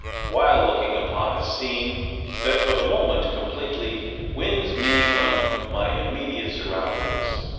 while looking upon a scene that for the moment completely wins me from my immediate surroundings.